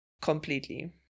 Completely